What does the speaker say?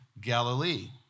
Galilee